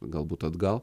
galbūt atgal